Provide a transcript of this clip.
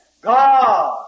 God